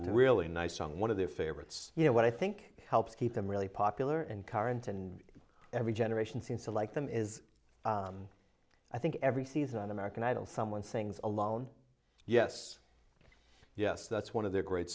really nice song one of their favorites you know what i think helps keep them really popular and current and every generation seems to like them is i think every season on american idol someone sings alone yes yes that's one of their great